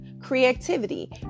Creativity